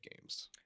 games